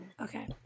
Okay